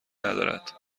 ندارد